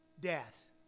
death